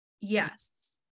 Yes